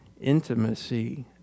Intimacy